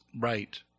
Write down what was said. right